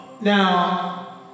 now